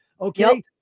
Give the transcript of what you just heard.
Okay